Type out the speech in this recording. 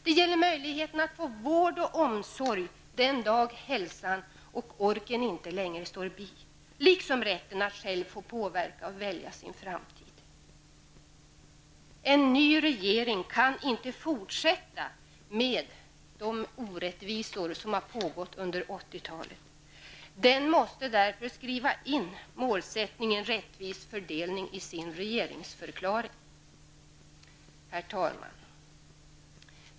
Den gäller möjlighetern att få vård och omsorg den dag hälsan och orken inte längre står bi, liksom rätten att själv få påverka och välja sin framtid. En ny regering kan inte acceptera de orättvisor som har förekommit under 80-talet. Den måste därför skriva in målsättningen rättvis fördelning i sin regeringsförklaring. Herr talman!